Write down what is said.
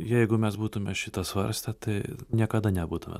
jeigu mes būtume šitą svarstę tai niekada nebūtume